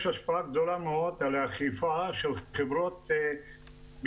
השפעה גדולה מאוד על אכיפה של חברות ביטוח,